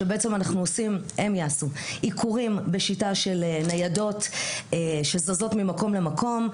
שבעצם הם יעשו עיקורים בשיטה של ניידות שזזות ממקום למקום,